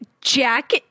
Jack